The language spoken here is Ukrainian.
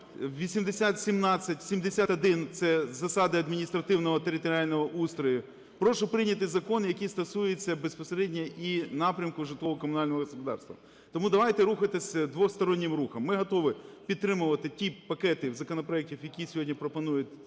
8071 – це засади адміністративного територіального устрою. Прошу прийняти закон, який стосується безпосередньо і напрямку житлово-комунального господарства. Тому давайте рухатися двостороннім рухом. Ми готові підтримувати ті пакети законопроектів, які сьогодні пропонують